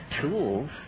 tools